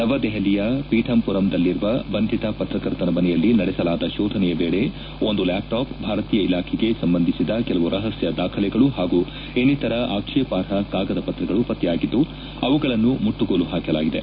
ನವದೆಹಲಿಯ ಪೀಠಂಮರದಲ್ಲಿರುವ ಬಂಧಿತ ಪತ್ರಕರ್ತನ ಮನೆಯಲ್ಲಿ ನಡೆಸಲಾದ ಶೋಧನೆಯ ವೇಳೆ ಒಂದು ಲ್ಲಾಪ್ಟಾಪ್ ಭಾರತೀಯ ಇಲಾಖೆಗೆ ಸಂಬಂಧಿಸಿದ ಕೆಲವು ರಹಸ್ನ ದಾಖಲೆಗಳು ಹಾಗೂ ಇನ್ನಿತರ ಆಕ್ಷೇಪಾರ್ಹ ಕಾಗದ ಪತ್ರಗಳು ಪತ್ತೆಯಾಗಿದ್ದು ಅವುಗಳನ್ನು ಮುಟ್ಟುಗೋಲು ಹಾಕಿಕೊಳ್ಳಲಾಗಿದೆ